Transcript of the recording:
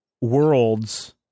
worlds